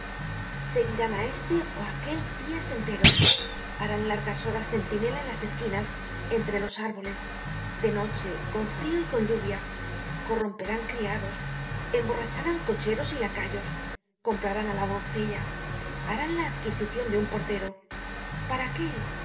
seguirán á este ó aquel dias enteros harán largas horas centinela en las esquinas entre los árboles de noche con frio y con lluvia corromperán criados emborracharán cocheros y lacayos comprarán á la doncella harán la adquisicion de un portero para qué